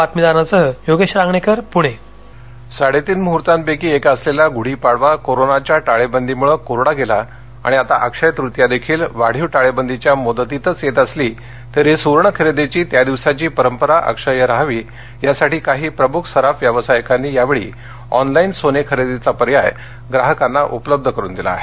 सोने सोमणी साडेतीन मुहूतपैकी एक असलेला गुढी पाडवा कोरोनाच्या टाळेबंदीमुळं कोरडा गेला आणि आता अक्षय्य तृतीया देखील वाढीव टाळेबदीच्या मृदतीतच येत असली तरी सुवर्ण खरेदीची त्यादिवसाची परंपरा अक्षय्य राहावी यासाठी काही प्रमुख सराफ व्यावसायिकांनी यावेळी ऑनलाईन सोने खरेदीचा पर्याय ग्राहकांना उपलब्ध करून दिला आहे